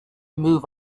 move